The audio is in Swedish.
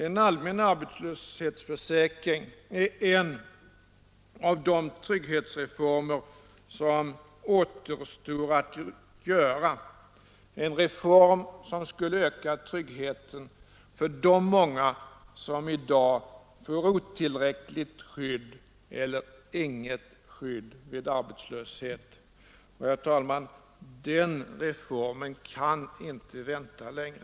En allmän arbetslöshetsförsäkring är en av de trygghetsreformer som återstår att göra, en reform som skulle öka tryggheten för de många som i dag har otillräckligt skydd eller inget skydd vid arbetslöshet. Herr talman! Den reformen kan inte vänta längre.